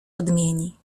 odmieni